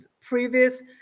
previous